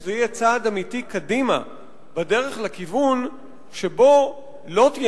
שזה יהיה צעד אמיתי קדימה לכיוון שבו לא תהיה